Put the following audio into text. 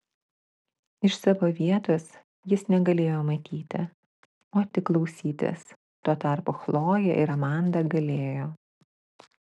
iš savo vietos jis negalėjo matyti o tik klausytis tuo tarpu chlojė ir amanda galėjo